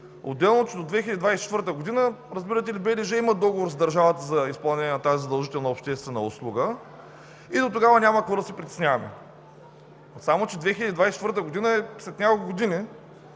Отделно, че до 2024 г. БДЖ има договор с държавата за изпълнение на тази задължителна обществена услуга и дотогава няма какво да се притесняваме. Само че 2024 г. е след няколко години,